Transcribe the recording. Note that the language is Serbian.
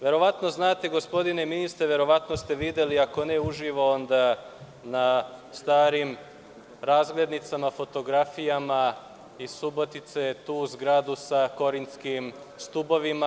Verovatno znate, gospodine ministre, verovatno se videli, ako ne uživo, onda na starim razglednicama, fotografijama iz Subotice, tu zgradu sa korintskim stubovima.